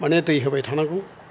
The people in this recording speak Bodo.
मानि दै होबाय थानांगौ